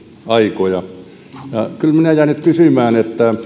aikoja ja kyllä minä jäin nyt kysymään